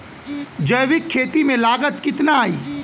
जैविक खेती में लागत कितना आई?